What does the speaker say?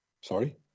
Sorry